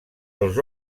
els